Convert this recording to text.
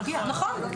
נכון.